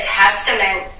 testament